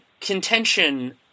contention